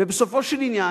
ובסופו של עניין,